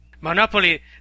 Monopoly